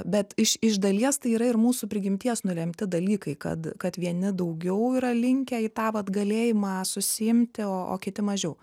bet iš iš dalies tai yra ir mūsų prigimties nulemti dalykai kad kad vieni daugiau yra linkę į tą vat galėjimą susiimti o o kiti mažiau